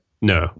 No